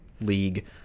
league